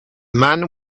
man